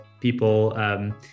people